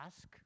ask